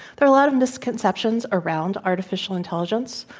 there are a lot of misconceptions around artificial intelligence.